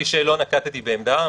אמרתי שלא נקטתי בעמדה.